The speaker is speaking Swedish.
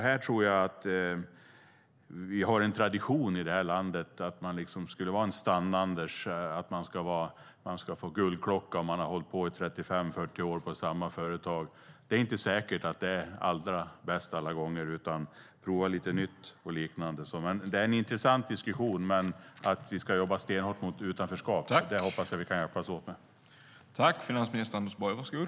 Här tror jag att vi har en tradition i det här landet att man ska vara en stannande. Man får en guldklocka om man har varit 35-40 år på samma företag. Det är inte säkert att det är det allra bästa alla gånger. Man kanske ska prova lite nytt. Det är en intressant diskussion, men att jobba stenhårt mot utanförskap hoppas jag att vi kan hjälpas åt med.